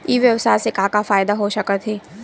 ई व्यवसाय से का का फ़ायदा हो सकत हे?